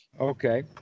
Okay